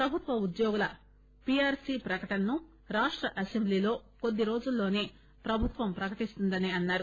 ప్రభుత్వ ఉద్యోగుల పిఆర్పీ ప్రకటనను రాష్ట అసెంబ్లీలో కొద్ది రోజుల్లోనే ప్రభుత్వం ప్రకటిస్తుందని అన్నారు